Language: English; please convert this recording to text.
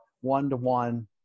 one-to-one